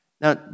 Now